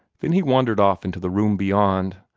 then he wandered off into the room beyond,